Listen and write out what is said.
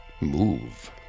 move